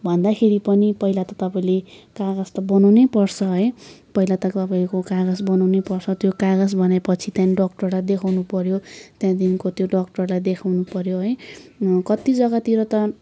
भन्दाखेरि पनि पहिला त तपाईँले कागज त बनाउनै पर्छ है पहिला त तपाईँको कागज त बनाउनै पर्छ त्यो कागज बनायो पछि त्यहाँदेखि डक्टरलाई देखाउनु पऱ्यो त्यहाँ देखिको त्यो डाक्टरलाई देखाउनुप ऱ्यो है कति जग्गातिर त